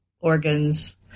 organs